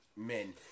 Men